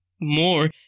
more